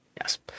Yes